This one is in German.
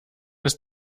ist